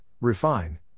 Refine